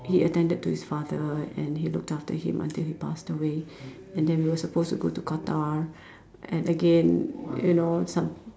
he attended to his father and he looked after him until he passed away and then we were supposed to go to Qatar and again you know some